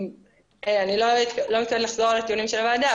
אני לא מתכוונת לחזור על הטיעונים של הוועדה,